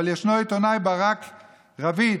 אבל ישנו העיתונאי ברק רביד,